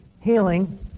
healing